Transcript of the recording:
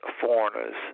foreigners